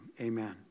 Amen